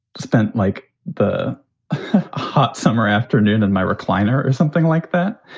spent like the hot summer afternoon in my recliner or something like that,